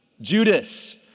Judas